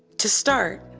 to start,